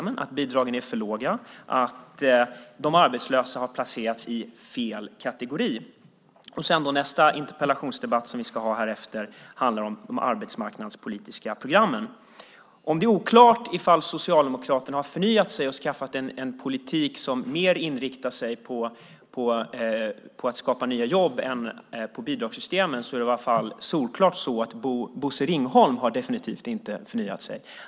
Han säger att bidragen är för låga och att de arbetslösa har placerats i fel kategori. I nästa interpellationsdebatt, som vi ska ha efter denna, handlar det om de arbetsmarknadspolitiska programmen. Om det är oklart om Socialdemokraterna har förnyat sig och skaffat en politik som inriktar sig mer på att skapa nya jobb än på bidragssystemen är det i alla fall solklart så att Bosse Ringholm inte har förnyat sig.